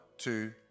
two